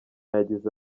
yagize